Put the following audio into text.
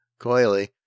Coily